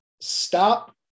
stop